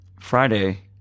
Friday